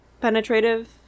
penetrative